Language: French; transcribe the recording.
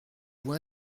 vous